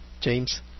James